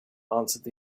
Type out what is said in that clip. answered